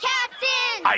Captain